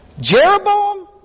Jeroboam